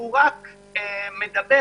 והוא רק מדבר